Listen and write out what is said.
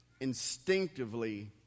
instinctively